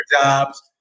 jobs